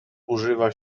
używa